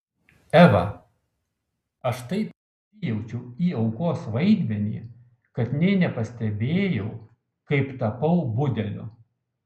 eva aš taip įsijaučiau į aukos vaidmenį kad nė nepastebėjau kaip tapau budeliu